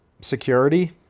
security